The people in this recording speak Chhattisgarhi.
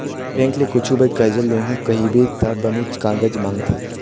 बेंक ले कुछु बर करजा लेहूँ कहिबे त बनेच कागज मांगथे